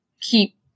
keep